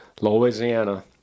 Louisiana